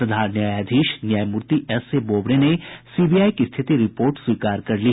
प्रधान न्यायाधीश न्यायमूर्ति एसएबोबड़े ने सीबीआई की स्थिति रिपोर्ट स्वीकार कर ली